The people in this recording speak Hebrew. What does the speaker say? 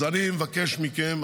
אז אני מבקש מכם,